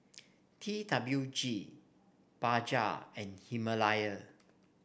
T W G Bajaj and Himalaya